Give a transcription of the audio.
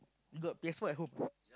got P_S-four at home